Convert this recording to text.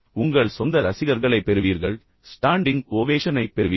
உங்கள் சொந்த ரசிகர்களைப் பெறுவீர்கள் மேலும் நீங்கள் அந்த ஸ்டாண்டிங் ஓவேஷனை பெறுவீர்கள்